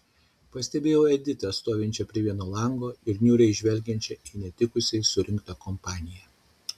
pastebėjau editą stovinčią prie vieno lango ir niūriai žvelgiančią į netikusiai surinktą kompaniją